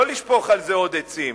לא לשפוך על זה עוד עצים,